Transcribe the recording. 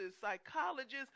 psychologists